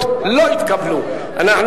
האשה,